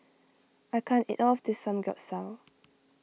I can't eat all of this Samgeyopsal